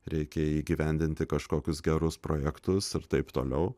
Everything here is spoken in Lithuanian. reikia įgyvendinti kažkokius gerus projektus ir taip toliau